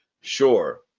sure